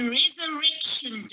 resurrection